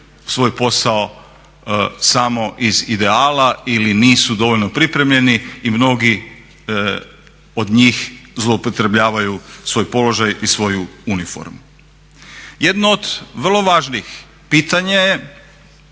svoj posao samo iz ideala ili nisu dovoljno pripremljeni i mnogi od njih zloupotrebljavaju svoj položaj i svoju uniformu. Jedno od vrlo važnih pitanja je